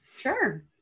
Sure